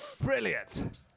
Brilliant